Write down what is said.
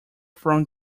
from